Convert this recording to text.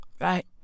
Right